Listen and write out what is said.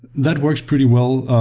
that works pretty well,